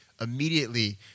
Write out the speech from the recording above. Immediately